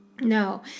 No